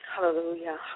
Hallelujah